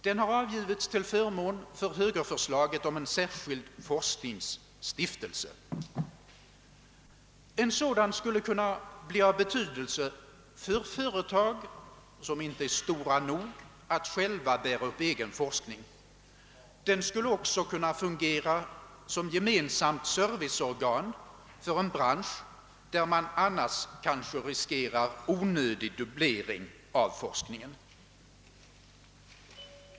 Den har avgivits till förmån för högerförslaget om en särskild forskningsstiftelse. En sådan skulle kunna bli av betydelse för företag som inte är stora nog att själva bära upp egen forskning. Den skulle också kunna fungera som gemensamt serviceorgan för en bransch där man annars kanske riskerar onödig dubblering av forskningen.